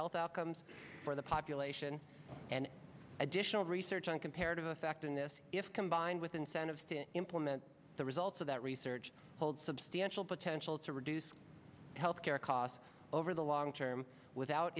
health outcomes for the population and additional research on comparative effectiveness if combined with incentives to implement the results of that research hold substantial potential to reduce health care costs over the long term without